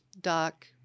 doc